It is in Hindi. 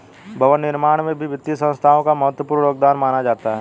भवन निर्माण में भी वित्तीय संस्थाओं का महत्वपूर्ण योगदान माना जाता है